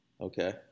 Okay